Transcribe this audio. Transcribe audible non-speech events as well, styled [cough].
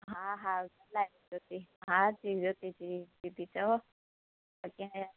हा हा [unintelligible]